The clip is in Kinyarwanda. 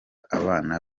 abana